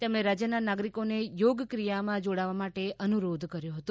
તેમણે રાજ્યના નાગરિકોને યોગ ક્રિયામાં જોડાવા માટે અનુરોધ કર્યો હતો